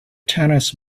tennis